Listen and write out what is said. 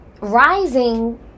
rising